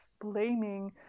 blaming